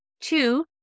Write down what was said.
two